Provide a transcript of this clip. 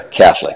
Catholic